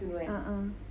ah ah